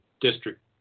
district